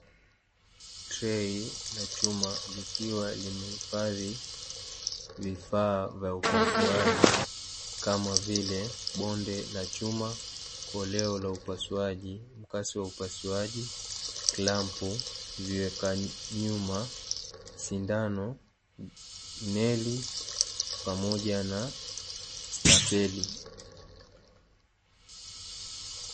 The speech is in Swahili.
Trei la chuma likiwa limehifadhi vifaa vya upasuaji kama vile bonde la chuma, koleo la upasuaji, mkasi wa upasuaji, klampu, vieka nyuma, sindano, neli pamoja na skapeli.